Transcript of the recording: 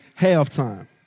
halftime